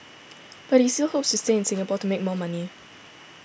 but he still hopes to stay in Singapore to make more money